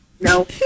No